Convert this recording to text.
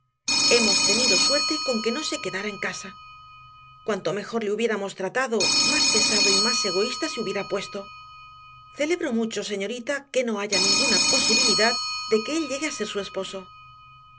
hemos tenido suerte con que no se quedara en casa cuanto mejor le hubiéramos tratado más pesado y más egoísta se hubiera vuelto celebro mucho señorita que no haya ninguna posibilidad de que él llegue a ser su esposo